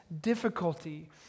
difficulty